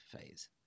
phase